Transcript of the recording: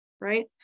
right